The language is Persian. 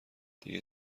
دیگه